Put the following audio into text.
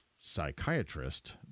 psychiatrist